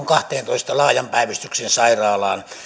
kahteentoista laajan päivystyksen sairaalaan